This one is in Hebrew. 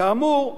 כאמור,